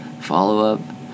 follow-up